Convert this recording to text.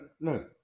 no